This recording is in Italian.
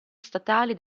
statali